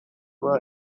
well